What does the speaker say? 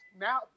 now